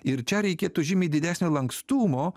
ir čia reikėtų žymiai didesnio lankstumo